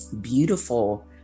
Beautiful